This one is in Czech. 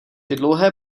dlouhé